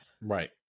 Right